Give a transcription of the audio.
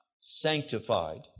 sanctified